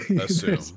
assume